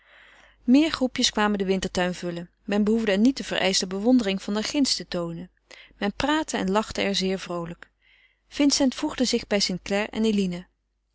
meerdere groepjes kwamen den wintertuin vullen men behoefde er niet de vereischte bewondering van daar ginds te toonen men praatte en lachte er zeer vroolijk vincent voegde zich bij st clare en eline